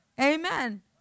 Amen